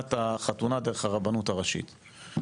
מבחינת החתונה דרך הרבנות הראשית.